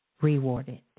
rewarded